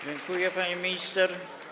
Dziękuję, pani minister.